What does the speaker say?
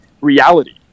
reality